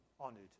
honoured